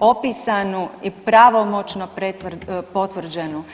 opisanu i pravomoćno potvrđenu?